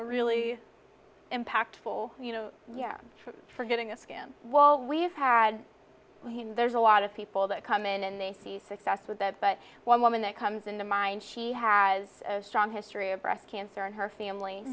a really impactful you know for getting a skin while we have had there's a lot of people that come in and they see success with that but one woman that comes in the mind she has a strong history of breast cancer in her family